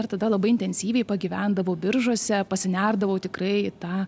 ir tada labai intensyviai pagyvendavau biržuose pasinerdavau tikrai į tą